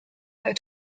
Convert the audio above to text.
their